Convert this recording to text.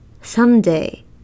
Someday